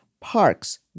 parks